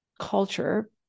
culture